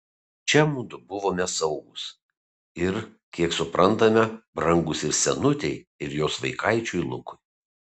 čia mudu buvome saugūs ir kiek suprantame brangūs ir senutei ir jos vaikaičiui lukui